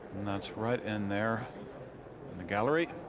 and that's right in there in the gallery.